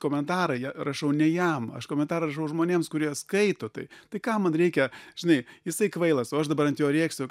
komentarą rašau ne jam aš komentarą rašau žmonėms kurie skaito tai tai kam man reikia žinai jisai kvailas o aš dabar ant jo rėksiu